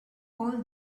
all